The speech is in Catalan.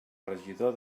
regidor